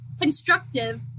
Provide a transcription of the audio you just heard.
constructive